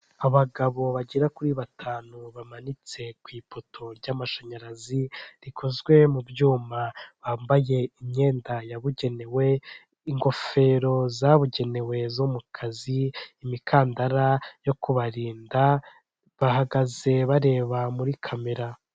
Abagabo bagera kuri batanu bamanitse ku ipoto ry'amashanyarazi rikozwe mu byuma bambaye imyenda yabugenewe, ingofero zabugenewe zo mu kazi, imikandara yo kubarinda, bahagaze bareba muri kamera.